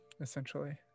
essentially